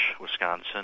Wisconsin